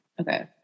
Okay